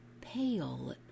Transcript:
pale